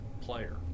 player